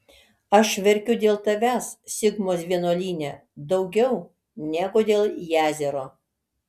aš verkiu dėl tavęs sibmos vynuogyne daugiau negu dėl jazero